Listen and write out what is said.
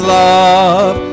love